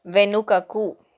వెనుకకు